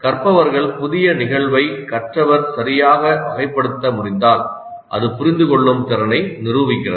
கற்பவர்கள் புதிய நிகழ்வை கற்றவர் சரியாக வகைப்படுத்த முடிந்தால் அது புரிந்துகொள்ளும் திறனை நிரூபிக்கிறது